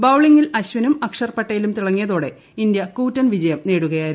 ബൌളിംഗിൽ അശ്വിനും അക്ഷർപട്ടേലും തിളങ്ങിയതോടെ ഇന്ത്യ കൂറ്റൻ വിജയം നേടുകയായിരുന്നു